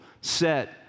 set